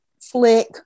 flick